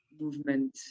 movement